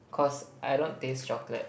cause I don't taste chocolate